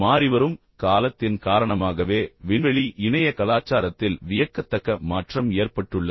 மாறிவரும் காலத்தின் காரணமாகவே விண்வெளி இணைய கலாச்சாரத்தில் வியக்கத்தக்க மாற்றம் ஏற்பட்டுள்ளது